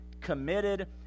committed